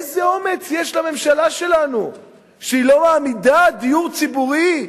איזה אומץ יש לממשלה שלנו שהיא לא מעמידה דיור ציבורי,